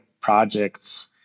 projects